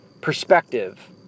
perspective